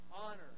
Honor